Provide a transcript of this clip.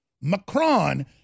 Macron